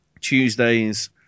Tuesdays